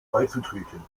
beizutreten